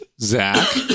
Zach